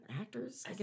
actors